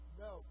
no